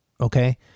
okay